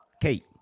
Kate